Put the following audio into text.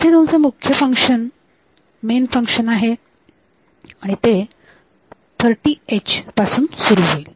इथे तुमचे मुख्य फंक्शन मेन आहे आणि ते 30h पासून सुरू होईल